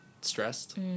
stressed